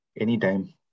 anytime